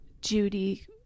Judy